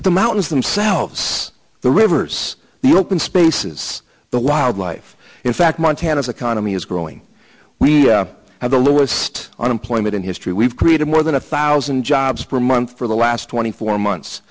but the mountains themselves the rivers the open spaces the wildlife in fact montana the economy is growing we have the lowest unemployment in history we've created more than a thousand jobs per month for the last twenty four months